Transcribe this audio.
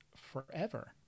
forever